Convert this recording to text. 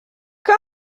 cão